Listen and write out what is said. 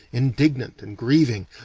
indignant and grieving,